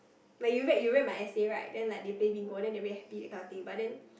like you read you read my essay right then like they pay me more then like they very happy that kind of thing but then